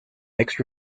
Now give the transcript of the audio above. mixed